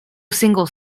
single